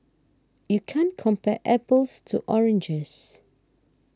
you can't compare apples to oranges